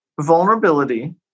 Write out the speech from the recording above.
vulnerability